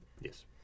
Yes